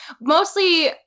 Mostly